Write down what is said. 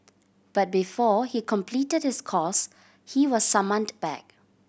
but before he completed his course he was summoned back